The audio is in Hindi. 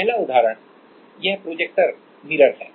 पहला उदाहरण यह प्रोजेक्टर मिरर है